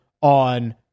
on